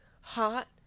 hot